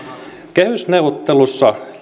kehysneuvotteluissa